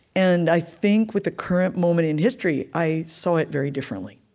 and i think, with the current moment in history, i saw it very differently.